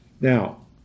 Now